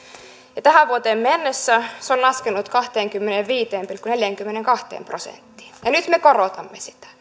ja tähän vuoteen mennessä se on laskenut kahteenkymmeneenviiteen pilkku neljäänkymmeneenkahteen prosenttiin ja nyt me korotamme sitä